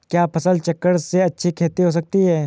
क्या फसल चक्रण से अच्छी खेती हो सकती है?